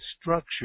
structure